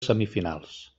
semifinals